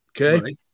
Okay